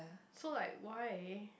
so like why